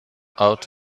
out